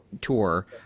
tour